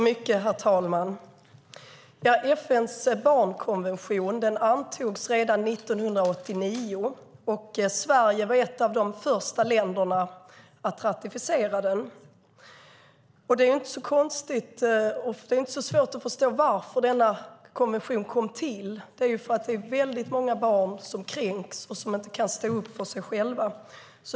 Herr talman! FN:s barnkonvention antogs redan 1989. Sverige var ett av de första länderna att ratificera den. Det är inte så svårt att förstå varför denna konvention kom till. Det är därför att väldigt många barn kränks och inte kan stå upp för sig själva.